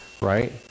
right